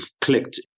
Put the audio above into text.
clicked